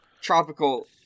Tropical